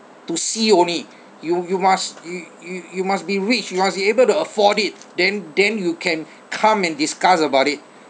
to see only you you must you you you must be rich you must be able to afford it then then you can come and discuss about it